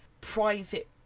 private